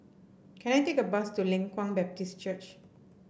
can I take a bus to Leng Kwang Baptist Church